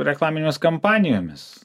reklaminėmis kampanijomis